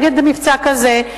נגד מבצע כזה,